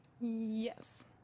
Yes